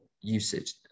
usage